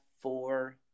four